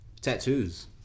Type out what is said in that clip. Tattoos